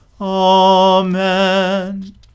Amen